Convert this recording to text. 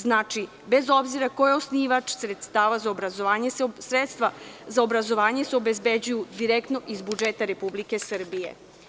Znači, bez obzira ko je osnivač, sredstva za obrazovanje se obezbeđuju direktno iz budžeta Republike Srbije.